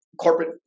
corporate